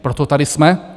Proto tady jsme.